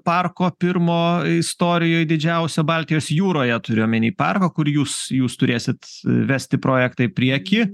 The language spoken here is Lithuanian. parko pirmo istorijoj didžiausio baltijos jūroje turiu omeny parką kur jūs jūs turėsit vesti projektą į priekį